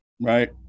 Right